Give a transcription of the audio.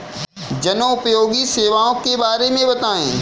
जनोपयोगी सेवाओं के बारे में बताएँ?